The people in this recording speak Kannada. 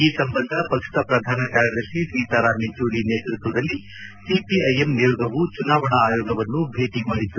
ಈ ಸಂಬಂಧ ಪಕ್ಷದ ಪ್ರಧಾನ ಕಾರ್ಯದರ್ಶಿ ಸೀತಾರಾಂ ಯೆಚೂರಿ ನೇತೃತ್ವದಲ್ಲಿ ಸಿಪಿಐಎಂ ನಿಯೋಗವು ಚುನಾವಣಾ ಆಯೋಗವನ್ನು ಭೇಟಿ ಮಾಡಿತ್ತು